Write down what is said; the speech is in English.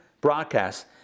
broadcast